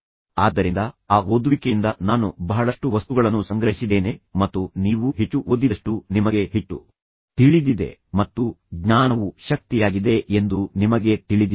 ಆದ್ದರಿಂದ ಆ ಓದುವಿಕೆಯಿಂದ ನಾನು ಬಹಳಷ್ಟು ವಸ್ತುಗಳನ್ನು ಸಂಗ್ರಹಿಸಿದ್ದೇನೆ ಮತ್ತು ನೀವು ಹೆಚ್ಚು ಓದಿದಷ್ಟೂ ನಿಮಗೆ ಹೆಚ್ಚು ತಿಳಿದಿದೆ ಮತ್ತು ಜ್ಞಾನವು ಶಕ್ತಿಯಾಗಿದೆ ಎಂದು ನಿಮಗೆ ತಿಳಿದಿದೆ